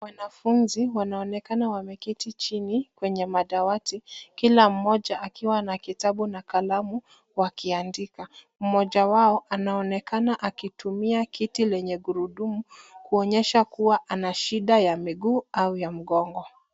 Wanafunzi wanaonekana wameketi chini kwenye madawati kila mmoja akiwa na kitabu na kalamu wakiandika. Mmoja wao anaonekana akitumia kiti lenye gurudumu kuonyesha kuwa ana shida ya miguu au ya mgongo.